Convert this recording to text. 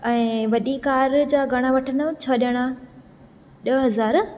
ऐं वॾी कार जा घणा वठंदव छह ॼणा ॾह हज़ार